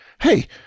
hey